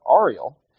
Ariel